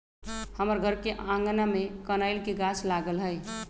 हमर घर के आगना में कनइल के गाछ लागल हइ